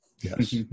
Yes